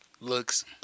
looks